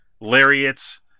lariats